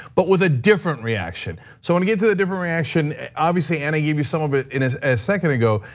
but with a different reaction. so when you get to a different reaction, obviously, anna gave you some of it in ah a second ago,